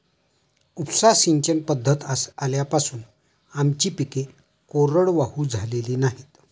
उपसा सिंचन पद्धती आल्यापासून आमची पिके कोरडवाहू झालेली नाहीत